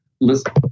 listen